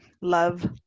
love